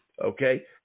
Okay